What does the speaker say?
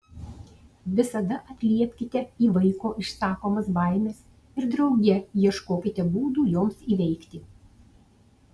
visada atliepkite į vaiko išsakomas baimes ir drauge ieškokite būdų joms įveikti